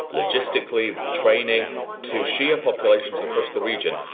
logistically, training to shia populations across the region,